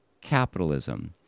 capitalism